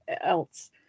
else